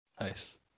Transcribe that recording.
nice